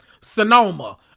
Sonoma